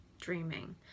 dreaming